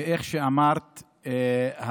איך שאמרת,